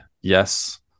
Yes